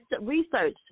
research